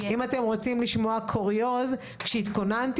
אם אתם רוצים לשמוע קוריוז: כשהתכוננתי